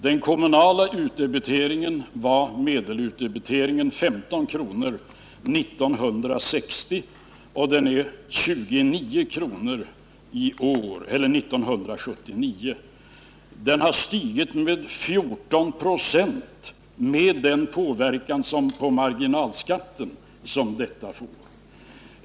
Den kommunala medelutdebiteringen var 15 kr. 1960 och den blir 29 kr. 1979. Den har stigit med 14 96, med den påverkan på marginalskatten som detta får.